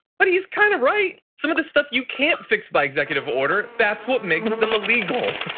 but he's kind of right, some of the stuff you can't fix by executive order. that's what makes them illegal.